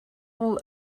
all